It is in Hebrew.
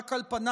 רק על פניו,